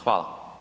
Hvala.